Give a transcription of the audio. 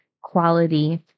quality